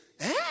Hey